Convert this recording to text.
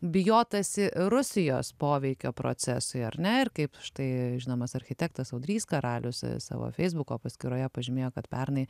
bijotasi rusijos poveikio procesui ar ne ir kaip štai žinomas architektas audrys karalius savo feisbuko paskyroje pažymėjo kad pernai